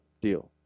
deal